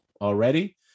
already